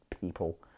people